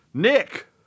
Nick